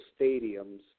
stadiums